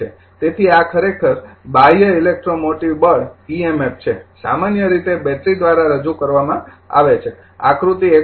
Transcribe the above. તેથી આ ખરેખર બાહ્ય ઇલેક્ટ્રોમોટિવ બળ ઇએમએફ છે સામાન્ય રીતે બેટરી દ્વારા રજૂ કરવામાં આવે છે આકૃતિ ૧